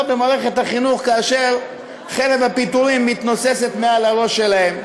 במערכת החינוך כאשר חרב הפיטורים מתנוססת מעל ראשם.